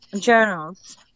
Journals